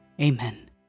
Amen